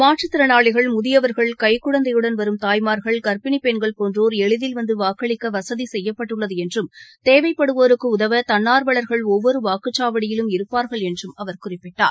மாற்றுத்திறனாளிகள் முதியவர்கள் கைக்குழந்தையுடன் வரும் தாய்மார்கள் கர்ப்பிணி பெண்கள் போன்றோர் எளிதில் வந்து வாக்களிக்க வசதி செய்யப்பட்டுள்ளது என்றும் தேவைப்படுவோருக்கு உதவ தன்னார்வலர்கள் ஒவ்வொரு வாக்குச்சாவடியிலும் இருப்பார்க்ள என்றும் அவர் குறிப்பிட்டார்